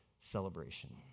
celebration